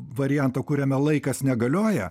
variantą kuriame laikas negalioja